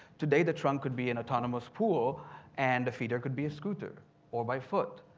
today the trunk could be an autonomous pool and a feeder could be a scooter or by foot.